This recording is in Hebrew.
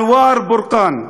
אנואר בורקאן,